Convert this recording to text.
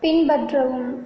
பின்பற்றவும்